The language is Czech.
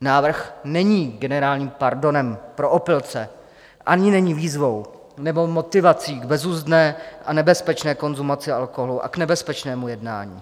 Návrh není generálním pardonem pro opilce ani není výzvou nebo motivací k bezuzdné a nebezpečné konzumaci alkoholu a k nebezpečnému jednání.